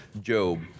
Job